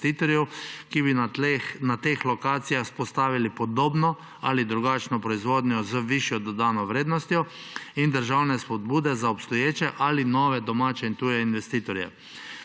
ki bi na teh lokacijah vzpostavili podobno ali drugačno proizvodnjo z višjo dodano vrednostjo, in državne spodbude za obstoječe ali nove domače in tuje investitorje.